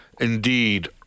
Indeed